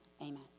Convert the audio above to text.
amen